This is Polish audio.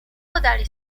podali